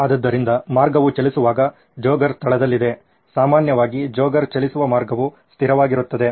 ಆದ್ದರಿಂದ ಮಾರ್ಗವು ಚಲಿಸುತ್ತಿರುವಾಗ ಜೋಗರ್ ಸ್ಥಳದಲ್ಲಿದೆ ಸಾಮಾನ್ಯವಾಗಿ ಜೋಗರ್ ಚಲಿಸು ಮಾರ್ಗವು ಸ್ಥಿರವಾಗಿರುತ್ತದೆ